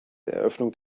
eröffnung